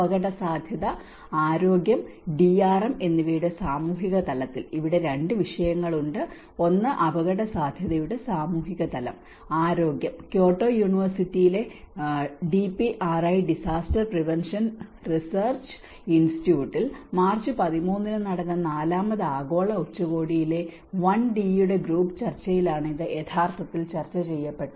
അപകടസാധ്യത ആരോഗ്യം ഡിആർഎം എന്നിവയുടെ സാമൂഹിക തലത്തിൽ ഇവിടെ 2 വിഷയങ്ങളുണ്ട് ഒന്ന് അപകടസാധ്യതയുടെ സാമൂഹിക തലം ആരോഗ്യം ക്യോട്ടോ യൂണിവേഴ്സിറ്റിയിലെ ഡിപിആർഐ ഡിസാസ്റ്റർ പ്രിവൻഷൻ റിസർച്ച് ഇൻസ്റ്റിറ്റ്യൂട്ടിൽ മാർച്ച് 13 ന് നടന്ന നാലാമത് ആഗോള ഉച്ചകോടിയിലെ 1ഡിയുടെ ഗ്രൂപ്പ് ചർച്ചയിലാണ് ഇത് യഥാർത്ഥത്തിൽ ചർച്ച ചെയ്യപ്പെട്ടത്